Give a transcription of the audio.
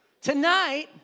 tonight